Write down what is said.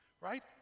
right